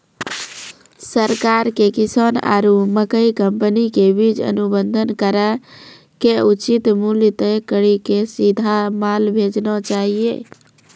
सरकार के किसान आरु मकई कंपनी के बीच अनुबंध कराय के उचित मूल्य तय कड़ी के सीधा माल भेजना चाहिए?